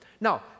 now